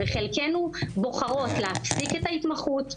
וחלקנו בוחרות להפסיק את ההתמחות,